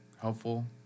helpful